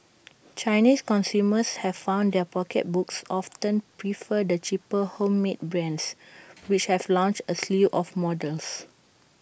Chinese consumers have found their pocketbooks often prefer the cheaper homemade brands which have launched A slew of models